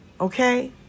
Okay